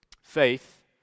faith